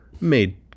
made